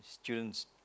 students